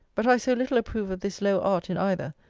but i so little approve of this low art in either,